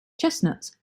chestnuts